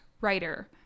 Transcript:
writer